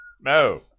No